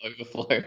overflow